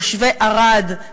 תושבי ערד,